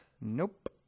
Nope